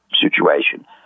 situation